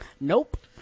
Nope